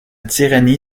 tyrannie